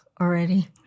already